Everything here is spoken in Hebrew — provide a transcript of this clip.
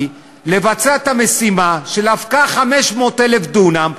לבצע את המשימה של הפקעת 500,000 דונם,